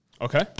Okay